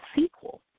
sequel